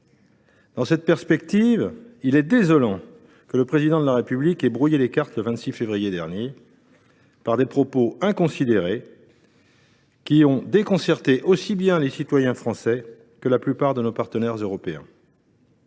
Dans cette perspective, il est désolant que le Président de la République ait brouillé les cartes, le 26 février dernier, par des propos inconsidérés, qui ont déconcerté aussi bien les citoyens français que la plupart de nos partenaires européens.